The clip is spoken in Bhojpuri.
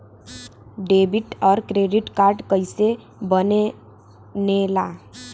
डेबिट और क्रेडिट कार्ड कईसे बने ने ला?